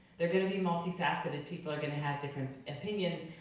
they're gonna be multi-faceted, people are gonna have different opinions,